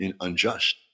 unjust